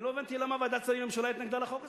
לא הבנתי למה ועדת שרים בממשלה התנגדה לחוק הזה.